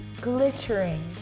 glittering